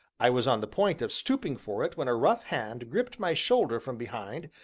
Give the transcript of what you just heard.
i was on the point of stooping for it, when a rough hand gripped my shoulder from behind,